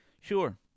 Sure